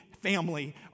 family